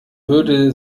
würde